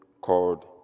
called